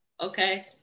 Okay